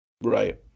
right